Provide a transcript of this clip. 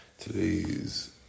Today's